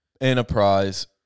enterprise